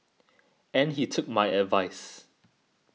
and he took my advice